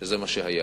שזה מה שהיה.